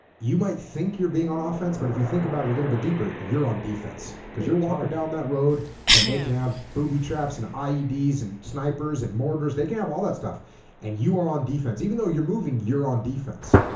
you might think you're being on offense but if you think about it a little bit deeper you're on defense because you're walking down that road and they can have booby traps and ieds and snipers and mortars they can have all that stuff and you are on defense even though you're moving you're on defense